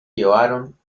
llevaron